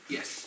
Yes